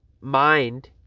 mind